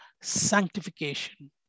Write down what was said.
sanctification